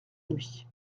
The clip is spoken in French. nuit